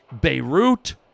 Beirut